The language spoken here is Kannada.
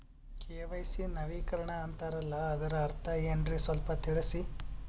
ಕೆ.ವೈ.ಸಿ ನವೀಕರಣ ಅಂತಾರಲ್ಲ ಅದರ ಅರ್ಥ ಏನ್ರಿ ಸ್ವಲ್ಪ ತಿಳಸಿ?